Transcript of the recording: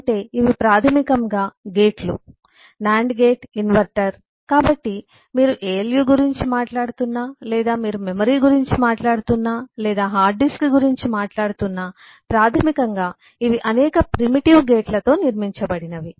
అంటే ఇవి ప్రాథమికంగా గేట్లు NAND గేట్ ఇన్వర్టర్ కాబట్టి మీరు ALU గురించి మాట్లాడుతున్నా లేదా మీరు మెమరీ గురించి మాట్లాడుతున్నా లేదా మీరు హార్డ్ డిస్క్ గురించి మాట్లాడుతున్నా ప్రాథమికంగా ఇవి అనేక ప్రిమిటివ్ గేట్లతో నిర్మించబడినవి